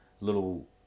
little